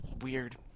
weird